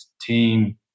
team